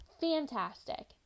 fantastic